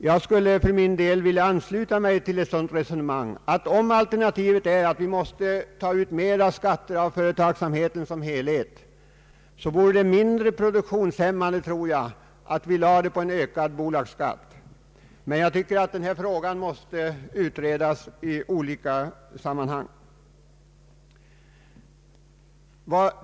Jag skulle för min del vilja ansluta mig till ett sådant resonemang att om alternativet är att vi måste ta ut mera skatter av företagsamheten som helhet, vore det mindre produktionshämmande att göra det via en ökad bolagsskatt. Denna frågas olika aspekter måste dock utredas.